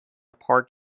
park